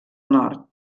nord